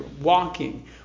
walking